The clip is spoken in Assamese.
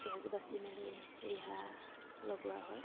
কেঁচ বাচি মেলি ৰিহা লগোৱা হয়